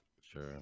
sure